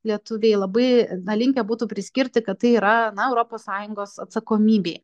lietuviai labai na linkę būtų priskirti kad tai yra na europos sąjungos atsakomybėj